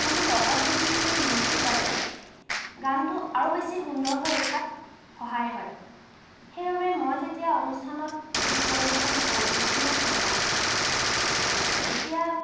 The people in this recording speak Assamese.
কিন্তু লগত যদি সেই মিউজিক বাজে গানটো আৰু বেছি সুন্দৰ হৈ উঠাত সহায় হয় সেইবাবে মই যেতিয়া অনুষ্ঠানত গীত পৰিৱেশন কৰোঁ বিভিন্ন ধৰণৰ তেতিয়া